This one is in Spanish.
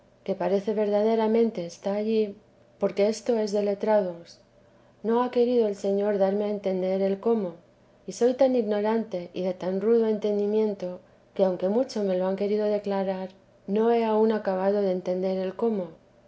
que parece verdaderamente está allí porque esto es de letrados no ha querido el señor darme a entender el cómo y soy tan ignorante y de tan rudo entendimiento que aunque mucho me lo han querido declarar no he aun acabado de entender el cómo